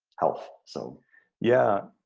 health. so yeah.